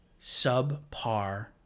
subpar